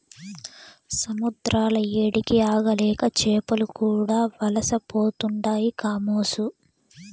సముద్రాల ఏడికి ఆగలేక చేపలు కూడా వలసపోతుండాయి కామోసు